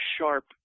sharp